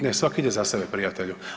Ne, svaki ide za sebe, prijatelju.